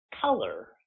color